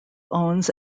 owns